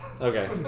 Okay